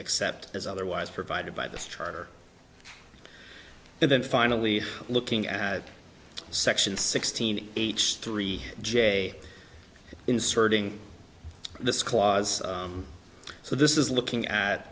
except as otherwise provided by this charter and then finally looking at section sixteen age three j inserting this clause so this is looking at